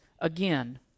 again